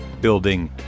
Building